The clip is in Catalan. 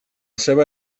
seva